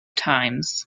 times